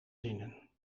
zinnen